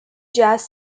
jazz